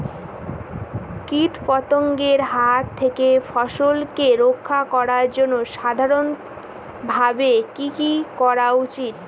কীটপতঙ্গের হাত থেকে ফসলকে রক্ষা করার জন্য সাধারণভাবে কি কি করা উচিৎ?